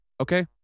Okay